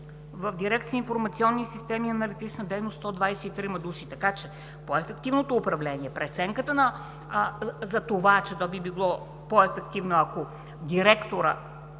В Дирекция „Информационни системи и аналитична дейност“ – 123 души. Така че по-ефективното управление, преценката за това, че то би било по-ефективно, ако